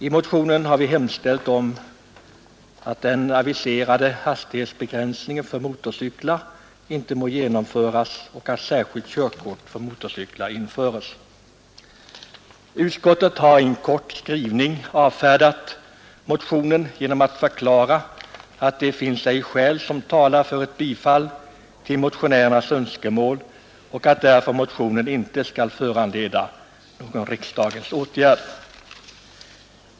I motionen har vi hemställt om att den aviserade hastighetsbegränsningen för motorcyklar inte må genomföras och att särskilt körkort för motorcyklar införs. Utskottet har i en kort skrivning avfärdat motionen genom att förklara att det inte finns skäl som talar för ett bifall till motionärernas önskemål och att motionen därför inte skall föranleda någon riksdagens åtgärd.